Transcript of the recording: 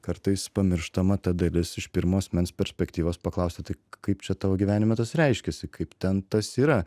kartais pamirštama ta dalis iš pirmo asmens perspektyvos paklausti tai kaip čia tavo gyvenime tas reiškiasi kaip ten tas yra